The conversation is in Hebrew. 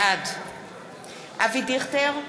בעד אבי דיכטר,